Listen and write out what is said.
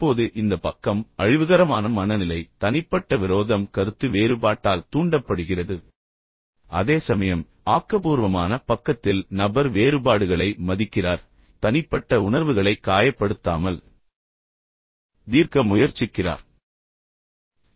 இப்போது இந்த பக்கம் அழிவுகரமான மனநிலை தனிப்பட்ட விரோதம் கருத்து வேறுபாட்டால் தூண்டப்படுகிறது அதேசமயம் ஆக்கபூர்வமான பக்கத்தில் நபர் வேறுபாடுகளை மதிக்கிறார் தனிப்பட்ட உணர்வுகளை காயப்படுத்தாமல் தீர்க்க முயற்சிக்கிறார்